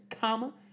comma